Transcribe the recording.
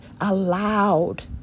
allowed